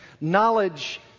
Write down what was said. Knowledge